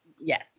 Yes